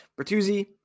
Bertuzzi